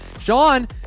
Sean